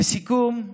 לסיכום,